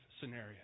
scenario